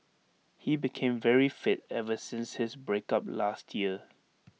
he became very fit ever since his break up last year